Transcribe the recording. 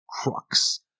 crux